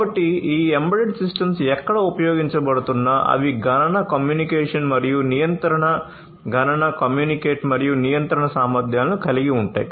కాబట్టి ఈ embedded systems ఎక్కడ ఉపయోగించబడుతున్నా అవి గణన కమ్యూనికేషన్ మరియు నియంత్రణ గణన కమ్యూనికేట్ మరియు నియంత్రణ సామర్థ్యాలను కలిగి ఉంటాయి